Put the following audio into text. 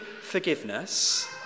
forgiveness